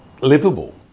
livable